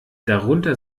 darunter